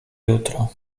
jutro